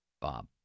Bob